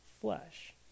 flesh